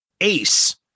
Ace